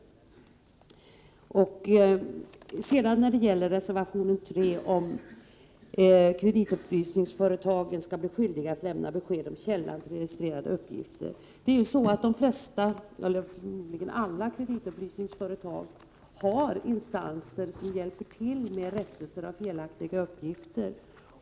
Beträffande reservation 3, där det föreslås att kreditupplysningsföretagen skall bli skyldiga att lämna besked om källan till registrerade uppgifter, vill jag säga att de flesta — och förmodligen alla — kreditupplysningsföretag har instanser som hjälper till med rättelser av felaktiga uppgifter.